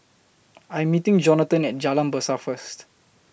I Am meeting Johnathon At Jalan Berseh First